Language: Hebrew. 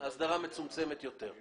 מצומצמת יותר.